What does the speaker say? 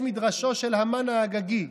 מבית מדרשו של המן האגגי: